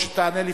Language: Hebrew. תודה רבה.